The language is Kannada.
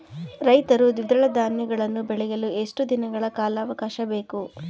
ರೈತರು ದ್ವಿದಳ ಧಾನ್ಯಗಳನ್ನು ಬೆಳೆಯಲು ಎಷ್ಟು ದಿನಗಳ ಕಾಲಾವಾಕಾಶ ಬೇಕು?